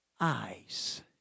eyes